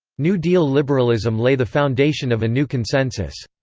new deal liberalism lay the foundation of a new consensus.